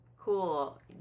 cool